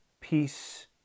peace